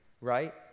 right